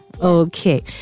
Okay